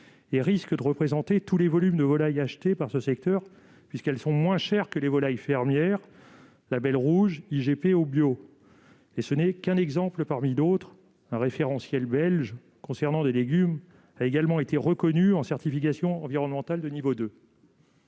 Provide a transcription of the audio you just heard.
de produit représente tous les volumes de volailles achetés par le secteur de la restauration collective, puisqu'il est moins cher que les volailles fermières label rouge, IGP ou bio. Ce n'est qu'un exemple parmi d'autres. Un référentiel belge concernant des légumes a également été reconnu en certification environnementale de niveau 2.